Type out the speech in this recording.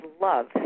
love